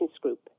Group